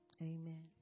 Amen